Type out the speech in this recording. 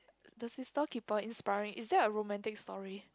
the sister keeper inspiring is that a romantic story